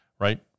right